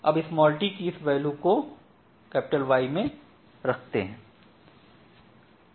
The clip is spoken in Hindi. अब t के इस वैल्यू को Y में रखते हैं